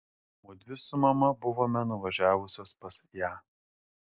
mudvi su mama buvome nuvažiavusios pas ją